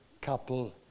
couple